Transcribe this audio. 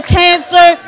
cancer